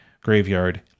graveyard